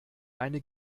eine